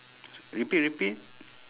repeat repeat